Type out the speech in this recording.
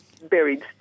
buried